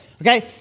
Okay